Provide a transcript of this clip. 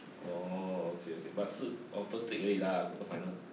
orh okay okay but 是 oh first league 而已 lah quarter final